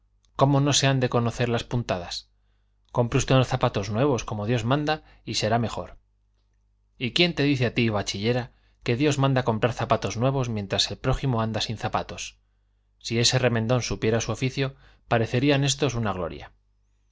cómo no se han de conocer las puntadas compre usted unos zapatos nuevos como dios manda y será mejor y quién te dice a ti bachillera que dios manda comprar zapatos nuevos mientras el prójimo anda sin zapatos si ese remendón supiera su oficio parecerían estos una gloria